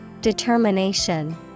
Determination